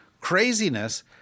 craziness